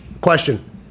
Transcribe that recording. question